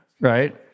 right